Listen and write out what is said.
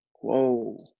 Whoa